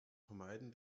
vermeiden